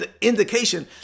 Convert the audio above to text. indication